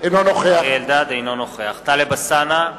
אינו נוכח טלב אלסאנע,